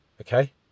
okay